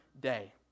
day